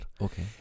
okay